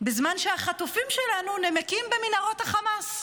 בזמן שהחטופים שלנו נמקים במנהרות החמאס.